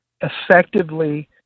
effectively